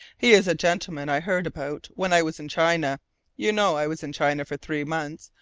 he is a gentleman i heard about when i was in china you know i was in china for three months,